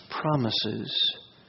promises